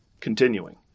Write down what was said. Continuing